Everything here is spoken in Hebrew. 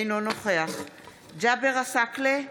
אינו נוכח ג'אבר עסאקלה,